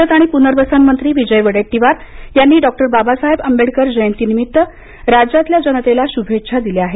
मदत आणि पुनर्वसन मंत्री विजय वडेट्टीवार यांनी डॉ बाबासाहेब आंबेडकर जयंती निमित्त राज्यातल्या जनतेला शुभेच्छा दिल्या आहेत